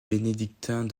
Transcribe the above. bénédictins